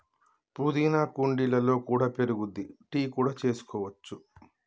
పుదీనా కుండీలలో కూడా పెరుగుద్ది, టీ కూడా చేసుకోవచ్చు